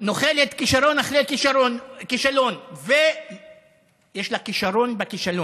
נוחלת כישלון אחרי כישלון, יש לה כישרון בכישלון,